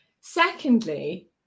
secondly